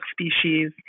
species